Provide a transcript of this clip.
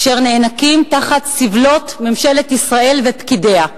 אשר נאנקים תחת סבלות ממשלת ישראל ופקידיה,